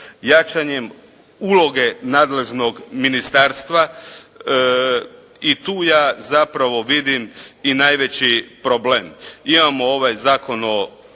jačanjem uloge nadležnog ministarstva i tu ja zapravo vidim i najveći problem. Imamo ovaj zakon o